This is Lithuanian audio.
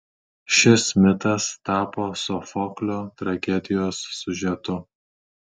šis mitas tapo sofoklio tragedijos siužetu